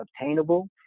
obtainable